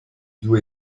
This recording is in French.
d’où